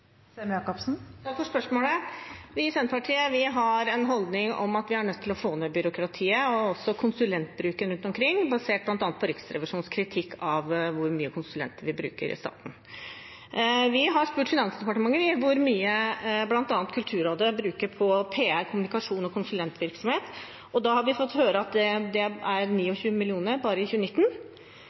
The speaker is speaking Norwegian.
for spørsmålet. Vi i Senterpartiet har en holdning om at vi er nødt til å få ned byråkratiet og også konsulentbruken rundt omkring, basert bl.a. på Riksrevisjonens kritikk av hvor mange konsulenter vi bruker i staten. Vi har spurt Finansdepartementet hvor mye bl.a. Kulturrådet bruker på PR, kommunikasjon og konsulentvirksomhet. Da har vi fått høre at det er 29 mill. kr bare i 2019.